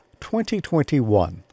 2021